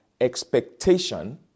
expectation